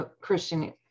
Christian